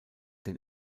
den